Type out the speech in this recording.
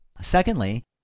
Secondly